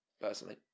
personally